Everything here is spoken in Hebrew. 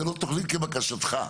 זו לא תוכנית כבקשתך,